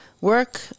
work